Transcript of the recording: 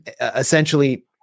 essentially